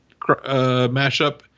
mashup